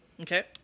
Okay